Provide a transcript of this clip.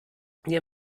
wer